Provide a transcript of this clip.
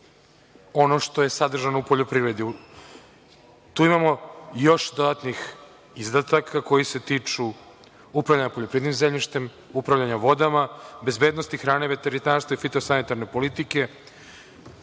ono što je sadržano u poljoprivredi. Tu imamo još dodatnih izdataka koji se tiču upravljanja poljoprivrednim zemljištem, upravljanja vodama, bezbednosti hrane, veterinarstvo i fitosanitarne politike.